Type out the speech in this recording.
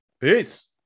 Peace